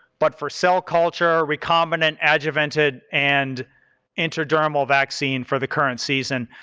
but for cell culture, recombinant, adjuvanted and intradermal vaccine for the current season.